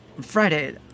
Friday